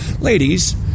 Ladies